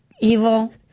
evil